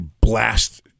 blast